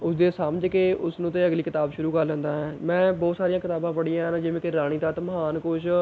ਉਸਦੇ ਸਮਝ ਕੇ ਤੇ ਉਸਨੂੰ ਅਤੇ ਅਗਲੀ ਕਿਤਾਬ ਸ਼ੁਰੂ ਕਰ ਲੈਂਦਾ ਹਾਂ ਮੈਂ ਬਹੁਤ ਸਾਰੀਆਂ ਕਿਤਾਬਾਂ ਪੜ੍ਹੀਆਂ ਹਨ ਜਿਵੇਂ ਕਿ ਰਾਣੀ ਤੱਤ ਮਹਾਨਕੋਸ਼